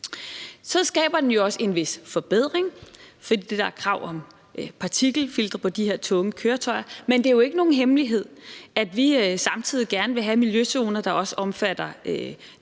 Så skaber det jo også en vis forbedring, fordi der er krav om partikelfiltre på de her tunge køretøjer, men det er jo ikke nogen hemmelighed, at vi samtidig gerne vil have miljøzoner, der også omfatter